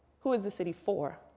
who is the city for?